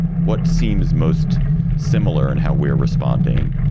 what seems most similar and how we're responding